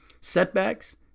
Setbacks